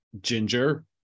ginger